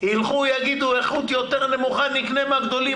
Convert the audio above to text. ילכו ויאמרו שהאיכות נמוכה וילכו לקנות מהגדולים.